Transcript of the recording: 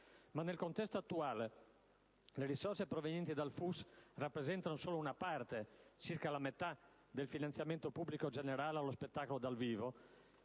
ma, nel contesto attuale, le risorse da esso provenienti rappresentano solo una parte, circa la metà, del finanziamento pubblico generale allo spettacolo dal vivo,